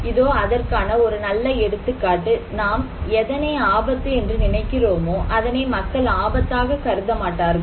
இதோ அதற்கான ஒரு நல்ல எடுத்துக்காட்டு நாம் எதனை ஆபத்து என்று நினைக்கிறோமோ அதனை மக்கள் ஆபத்தாக கருத மாட்டார்கள்